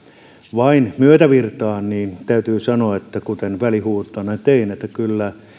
vain myötävirtaan täytyy sanoa kuten välihuutona sanoin että kyllä